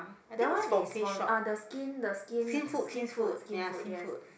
that one is from uh the skin the skin Skinfood Skinfood yes